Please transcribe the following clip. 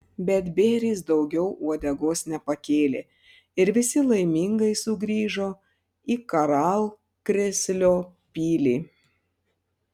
bet bėris daugiau uodegos nepakėlė ir visi laimingai sugrįžo į karalkrėslio pilį